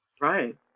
right